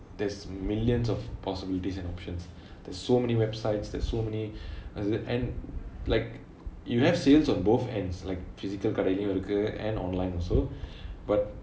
there's millions of possibilities and options there's so many websites there's so many there's and like you have sales on both ends like physical கடைலையும் இருக்கு:kadailaiyum irukku and online also but